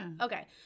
okay